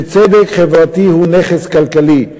שצדק חברתי הוא נכס כלכלי?